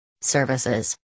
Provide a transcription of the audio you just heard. services